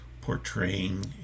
portraying